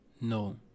No